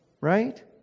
right